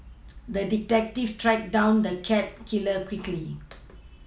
the detective tracked down the cat killer quickly